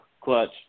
clutch